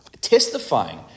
testifying